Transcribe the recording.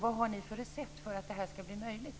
Vad har ni för recept för att det skall bli möjligt?